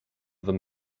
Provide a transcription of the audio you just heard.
them